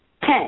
ten